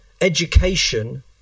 education